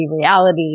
reality